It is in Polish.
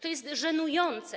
To jest żenujące.